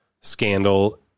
scandal